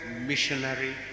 missionary